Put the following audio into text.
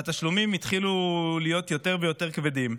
והתשלומים התחילו להיות יותר ויותר כבדים,